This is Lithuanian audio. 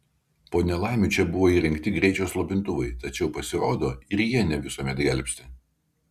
po nelaimių čia buvo įrengti greičio slopintuvai tačiau pasirodo ir jie ne visuomet gelbsti